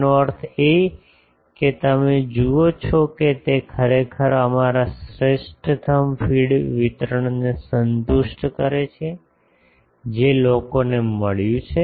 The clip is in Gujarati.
તેથી આનો અર્થ છે કે તમે જુઓ છો કે તે ખરેખર અમારા શ્રેષ્ઠતમ ફીડ વિતરણને સંતુષ્ટ કરે છે જે લોકોને મળ્યું છે